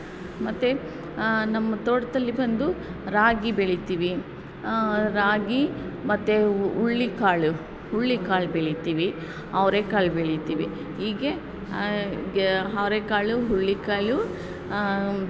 ಮತ್ತು ನಮ್ಮ ತೋಟದಲ್ಲಿ ಬಂದು ರಾಗಿ ಬೆಳಿತೀವಿ ರಾಗಿ ಮತ್ತು ಹುರುಳಿ ಕಾಳು ಹುರುಳಿ ಕಾಳು ಬೆಳಿತೀವಿ ಅವ್ರೆಕಾಳು ಬೆಳಿತೀವಿ ಹೀಗೆ ಅವ್ರೆಕಾಳು ಹುರುಳಿ ಕಾಳು